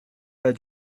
pas